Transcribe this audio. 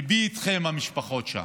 ליבי אתכם ועם המשפחות שם.